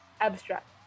abstract